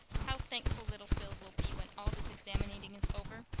how thankful little phil will be when all this examinating is over.